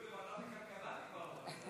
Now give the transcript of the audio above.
אפילו בוועדת הכלכלה דיברנו על זה.